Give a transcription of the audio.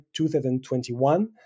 2021